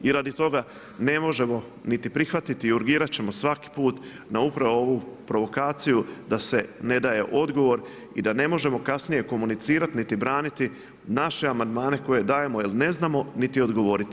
I radi toga ne možemo niti prihvatiti i urgirati ćemo svaki puta na upravu ovu provokaciju, da se ne daje odgovor i da ne možemo kasnije komunicirati niti braniti naše amandmane koje dajemo, jer ne znamo niti odgovoriti.